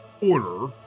order